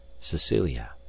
cecilia